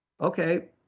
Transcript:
okay